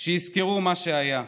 שיזכרו מה שהיה,